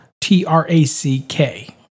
T-R-A-C-K